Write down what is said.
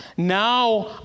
Now